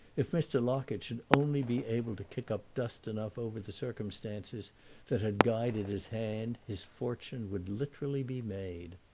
if mr. locket should only be able to kick up dust enough over the circumstances that had guided his hand his fortune would literally be made.